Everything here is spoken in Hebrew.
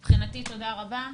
מבחינתי, תודה רבה.